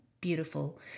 beautiful